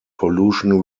pollution